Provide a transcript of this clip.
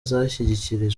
zashyikirijwe